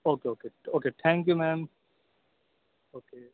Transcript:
okay okay okay thank you ma'am okay